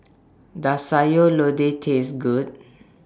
Does Sayur Lodeh Taste Good